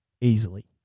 Easily